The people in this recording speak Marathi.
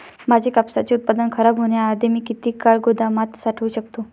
माझे कापसाचे उत्पादन खराब होण्याआधी मी किती काळ गोदामात साठवू शकतो?